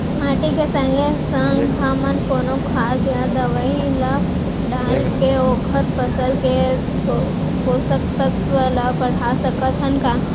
माटी के संगे संग हमन कोनो खाद या दवई ल डालके ओखर फसल के पोषकतत्त्व ल बढ़ा सकथन का?